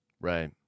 Right